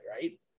right